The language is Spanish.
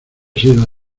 sido